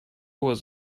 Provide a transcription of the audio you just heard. was